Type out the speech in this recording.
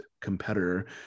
competitor